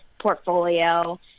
portfolio